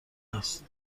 است